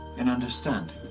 and understand?